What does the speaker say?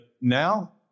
now